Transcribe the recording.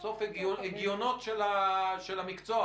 אלה הגיונות של המקצוע